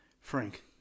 Frank